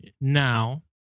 now